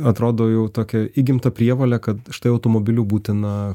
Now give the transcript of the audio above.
atrodo jau tokią įgimtą prievolę kad štai automobiliu būtina